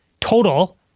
total